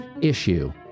issue